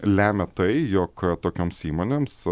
lemia tai jog tokioms įmonėms